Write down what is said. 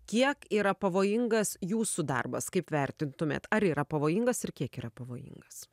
kiek yra pavojingas jūsų darbas kaip vertintumėt ar yra pavojingas ir kiek yra pavojingas